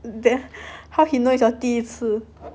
then how he knows is your 第一次